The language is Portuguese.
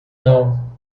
não